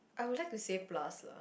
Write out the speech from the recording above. I would like to say plus lah